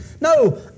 No